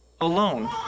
alone